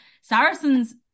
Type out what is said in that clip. Saracens